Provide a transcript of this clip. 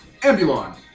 Ambulon